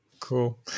Cool